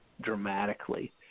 dramatically